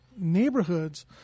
Neighborhoods